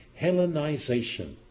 Hellenization